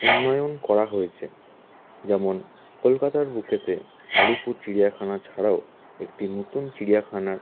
উন্নয়ন করা হয়েছে যেমন কলকাতার বুকেতে আলিপুর চিড়িয়াখানা ছাড়াও একটি নতুন চিড়িয়াখানার